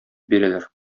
бирәләр